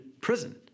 prison